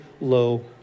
low